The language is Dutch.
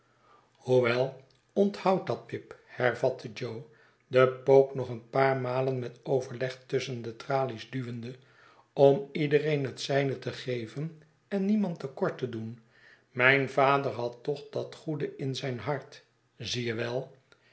hoewel onthoud dat pip hervatte jo den pook nog een paar malen met overleg tusschen de tralies duwende om iedereen het zijne te geven en niemand te kort te doen mijn vader had toch dat goede in zijn hart zie je wel